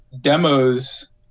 demos